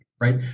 right